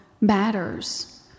matters